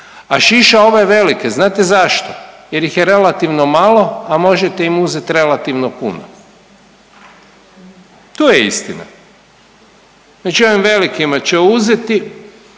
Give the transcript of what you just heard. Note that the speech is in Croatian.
A šiša ove velike, znate zašto? Jer ih je relativno malo, a možete im uzeti relativno puno tu je istina. Znači ovim velikima će uzeti